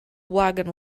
wagon